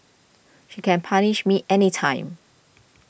she can punish me anytime